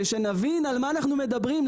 שנבין על מה אנחנו מדברים,